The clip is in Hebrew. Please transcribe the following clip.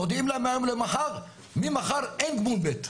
מודיעים להם מהיום למחר, ממחר אין גמול ב'.